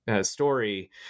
story